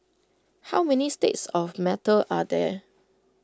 how many states of matter are there